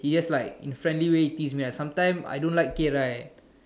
he just like in a friendly way tease me ah sometimes I don't like it right